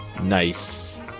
Nice